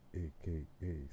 aka